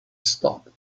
stopped